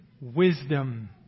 wisdom